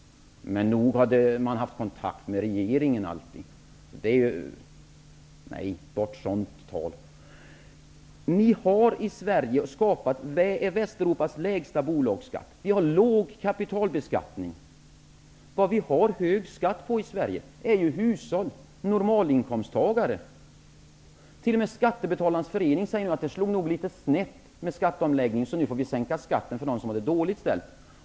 Men nog hade man kontakt med regeringen. Bort sådant tal! Vi har i Sverige skapat västvärldens lägsta bolagsskatt, och vi har en låg kapitalbeskattning. Vad vi har hög skatt på i Sverige är hushåll och normalinkomsttagare. T.o.m. Skattebetalarnas Förening säger nu att det nog slog litet snett med skatteomläggningen, så att vi nu får sänka skatten för dem som har det dåligt ställt.